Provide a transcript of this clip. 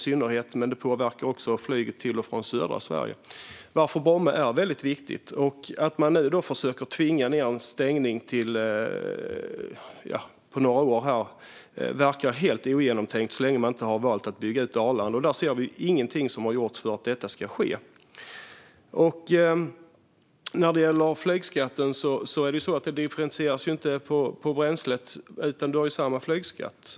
Men det skulle också påverka flyget till och från södra Sverige. Därför är Bromma väldigt viktig. Att man nu försöker tvinga fram en stängning på några år verkar helt ogenomtänkt så länge man inte har valt att bygga ut Arlanda, och vi har inte sett att någonting har gjorts för att det ska ske. Beträffande flygskatten differentieras den inte i fråga om bränslet, utan det är samma flygskatt.